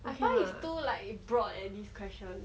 I find is too like broad eh this question